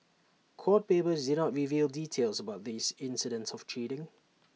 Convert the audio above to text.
court papers did not reveal details about these incidents of cheating